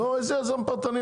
לא, איזה יזם פרטני?